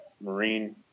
Marine